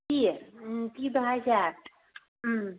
ꯄꯤ ꯎꯝ ꯄꯤꯕ ꯍꯥꯏꯔꯤꯁꯦ